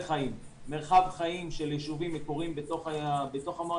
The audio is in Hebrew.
חיים: מרחב חיים של ישובים מקוריים בתוך המועצה